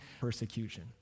persecution